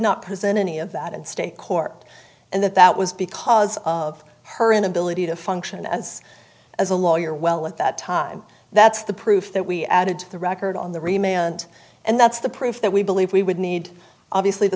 not present any of that in state court and that that was because of her inability to function as as a lawyer well at that time that's the proof that we added to the record on the remaining and and that's the proof that we believe we would need obviously the